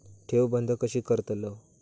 ठेव बंद कशी करतलव?